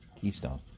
keystone